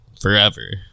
forever